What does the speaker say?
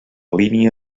línia